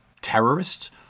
terrorists